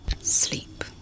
Sleep